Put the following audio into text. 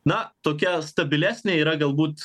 na tokia stabilesnė yra galbūt